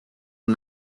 and